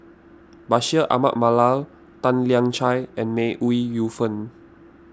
Bashir Ahmad Mallal Tan Lian Chye and May Ooi Yu Fen